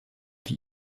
die